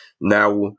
Now